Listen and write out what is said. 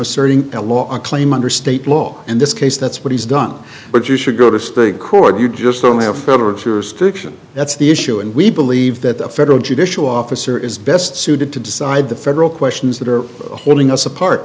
asserting the law a claim under state law in this case that's what he's done but you should go to state court you just don't have federal jurisdiction that's the issue and we believe that the federal judicial officer is best suited to decide the federal questions that are holding us apart